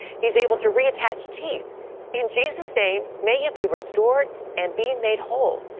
he's able to reattach teeth in jesus name, may he be restored and be made whole.